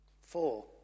Four